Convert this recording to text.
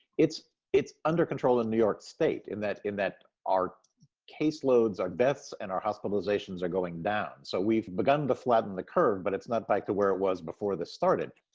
it's it's under control in new york state in that in that our case loads, our deaths, and our hospitalizations are going down, so we've begun to flatten the curve, but it's not back to where it was before this started.